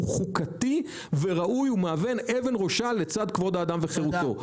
חוקתי וראוי ומהווה אבן ראשה לצד כבוד האדם וחרותו.